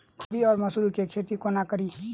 खुम्भी वा मसरू केँ खेती कोना कड़ी?